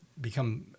become